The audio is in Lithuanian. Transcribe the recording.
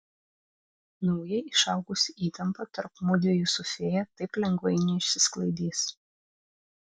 naujai išaugusi įtampa tarp mudviejų su fėja taip lengvai neišsisklaidys